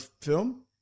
film